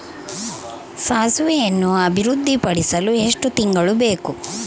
ಸಾಸಿವೆಯನ್ನು ಅಭಿವೃದ್ಧಿಪಡಿಸಲು ಎಷ್ಟು ತಿಂಗಳು ಬೇಕು?